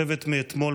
שמות ותמונות